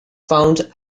found